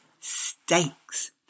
stakes